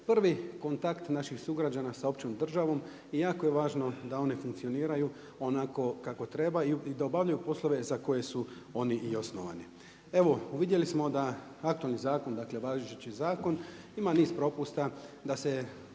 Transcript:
prvi kontakt naših sugrađana sa općom državom i jako je važno da one funkcioniraju onako kako trebaju i da obavljaju poslove za koje su oni i osnovani. Evo, vidjeli smo da aktualni zakon, dakle važeći zakon ima niz propusta, da se